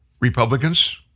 Republicans